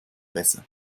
besser